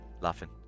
laughing